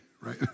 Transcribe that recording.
right